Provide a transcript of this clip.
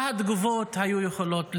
מה התגובות היו יכולות להיות?